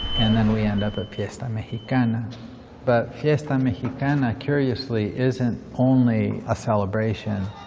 and then we end up at fiesta mexicana. but fiesta mexicana, curiously, isn't only a celebration.